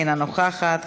אינה נוכחת,